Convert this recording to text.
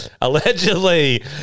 Allegedly